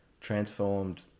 transformed